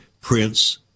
prince